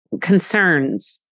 concerns